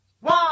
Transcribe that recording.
one